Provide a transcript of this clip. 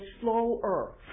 slower